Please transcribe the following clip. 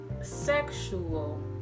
sexual